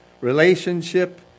relationship